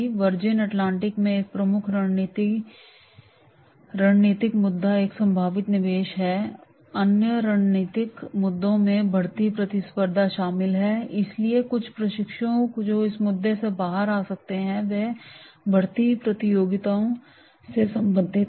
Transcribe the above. virgin Atlantic में एक प्रमुख रणनीतिक मुद्दा एक संभावित निवेश है अन्य रणनीतिक मुद्दों में बढ़ती प्रतिस्पर्धा शामिल है इसलिए कुछ प्रशिक्षु जो इस मुद्दे से बाहर आ सकते हैं वह बढ़ती प्रतियोगिताओं से संबंधित है